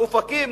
אופקים,